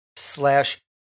slash